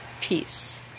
peace